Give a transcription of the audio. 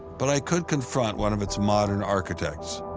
but i could confront one of its modern architects.